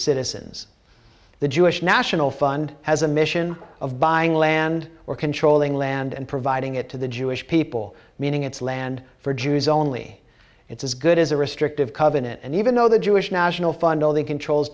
citizens the jewish national fund has a mission of buying land or controlling land and providing it to the jewish people meaning it's land for jews only it's as good as a restrictive covenant and even though the jewish national fund all the control